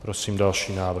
Prosím další návrh.